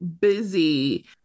busy